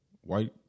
White